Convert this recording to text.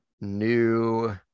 new